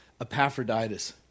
Epaphroditus